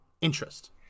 interest